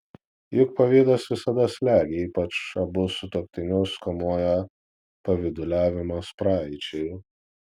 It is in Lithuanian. juk pavydas visada slegia ypač abu sutuoktinius kamuoja pavyduliavimas praeičiai